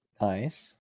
Nice